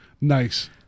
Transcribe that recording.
nice